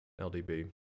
LDB